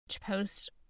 post